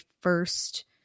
first